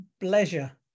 pleasure